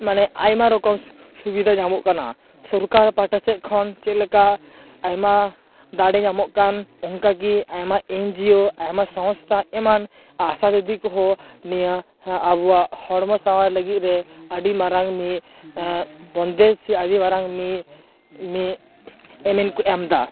ᱢᱟᱱᱮ ᱟᱭᱢᱟ ᱨᱚᱠᱚᱢ ᱥᱩᱵᱤᱫᱟ ᱧᱟᱢᱚᱜ ᱠᱟᱱᱟ ᱥᱚᱨᱠᱟᱨ ᱯᱟᱦᱟᱴᱟ ᱥᱮᱫ ᱠᱷᱚᱱ ᱪᱮᱫ ᱞᱮᱠᱟ ᱟᱭᱢᱟ ᱫᱟᱲᱮ ᱧᱟᱢᱚᱜ ᱠᱟᱱ ᱚᱱᱠᱟ ᱜᱤ ᱟᱭᱢᱟ ᱮᱱᱜᱤᱭᱳ ᱟᱭᱢᱟ ᱥᱚᱥᱛᱷᱟ ᱮᱢᱟᱱ ᱟᱥᱟ ᱫᱤᱫᱤ ᱠᱚᱦᱚᱸ ᱱᱤᱭᱟᱹ ᱟᱵᱚᱭᱟᱜ ᱦᱚᱲᱢᱚ ᱥᱟᱣᱟᱨ ᱞᱟᱹᱜᱤᱫ ᱨᱮ ᱟᱹᱰᱤ ᱢᱟᱨᱟᱝ ᱢᱤᱫ ᱵᱚᱱᱫᱮᱡ ᱥᱮ ᱟᱹᱰᱤ ᱢᱟᱨᱟᱝ ᱢᱤᱫ ᱢᱤᱫ ᱮᱱᱮᱢ ᱠᱚ ᱮᱢᱮᱫᱟ